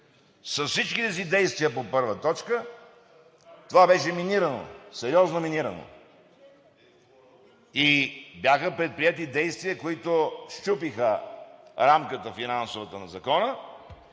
С всичките си действия по първа точка, това беше минирано, сериозно минирано и бяха предприети действия, които счупиха финансовата рамка на